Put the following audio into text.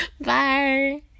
bye